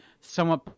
somewhat